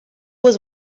was